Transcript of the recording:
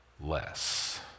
less